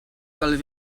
kal